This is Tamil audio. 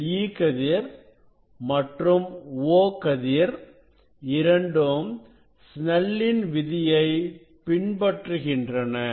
இந்த E கதிர் மற்றும் O கதிர் இரண்டும் சினெல்லின் விதியை பின்பற்றுகின்றன